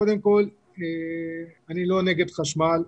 קודם כל אני לא נגד חשמל,